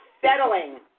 settling